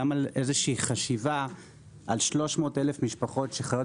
גם על חשיבה על 300,000 משפחות שחיות